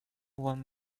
one